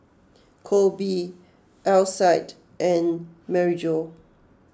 Koby Alcide and Maryjo